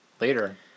later